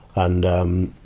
and, um,